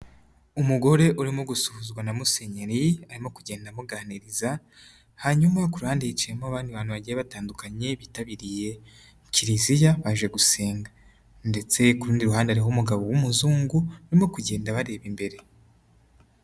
Umugore urimo gusuhuzwa na Musenyeri, arimo kugenda amuganiriza, hanyuma ku ruhande hicayemo abandi bantu bagiye batandukanye bitabiriye Kiliziya baje gusenga ndetse ku rundi ruhande hariho umugabo w'umuzungu barimo kugenda bareba imbere.